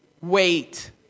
wait